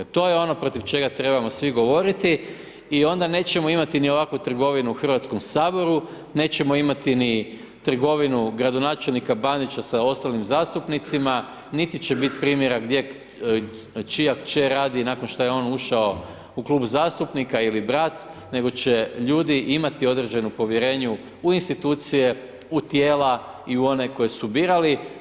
To je ono protiv čega trebamo svi govoriti i onda nećemo imati ni ovakvu trgovinu u Hrvatskom saboru, nećemo imati ni trgovinu gradonačelnika Bandića sa ostalim zastupnicima, niti će biti primjera gdje, čija kćer radi, nakon što je ušao u klub zastupnika ili brat, nego će ljudi imati određeno povjerenja u institucije, u tijela i one koje su birali.